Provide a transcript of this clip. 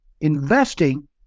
investing